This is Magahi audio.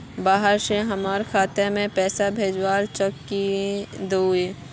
बाहर से हमरा खाता में पैसा भेजलके चेक कर दहु?